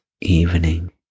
evening